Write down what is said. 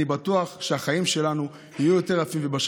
אני בטוח שהחיים שלנו יהיו אפילו יותר,